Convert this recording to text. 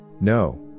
No